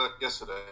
yesterday